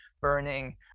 burning